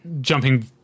jumping